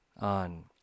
on